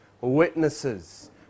witnesses